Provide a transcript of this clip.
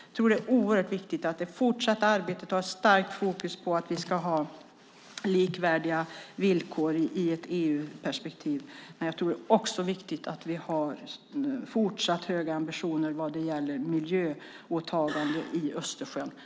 Jag tror att det är oerhört viktigt att det fortsatta arbetet har ett starkt fokus på att vi ska ha likvärdiga villkor i ett EU-perspektiv, men jag tror också att det är viktigt att vi har fortsatt höga ambitioner vad gäller miljöåtagande i Östersjön.